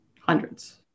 hundreds